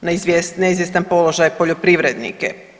neizvjestan položaj poljoprivrednike.